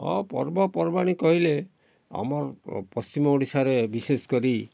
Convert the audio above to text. ହଁ ପର୍ବ ପର୍ବାଣି କହିଲେ ଆମର ପଶ୍ଚିମ ଓଡ଼ିଶାରେ ବିଶେଷ କରି